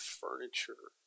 furniture